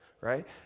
right